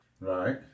Right